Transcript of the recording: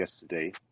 yesterday